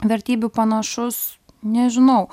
vertybių panašus nežinau